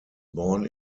born